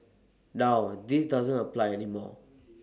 now this doesn't apply any more